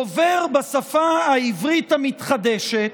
דובר בשפה העברית המתחדשת,